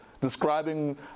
describing